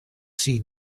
see